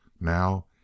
Now